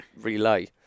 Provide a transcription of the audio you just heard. relay